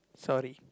sorry